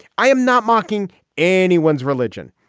i am not mocking anyone's religion.